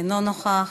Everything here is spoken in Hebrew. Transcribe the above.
אינו נוכח.